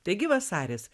taigi vasaris